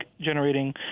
generating